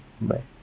bye